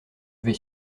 vais